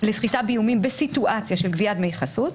באיומים בסיטואציה של גביית דמי חסות,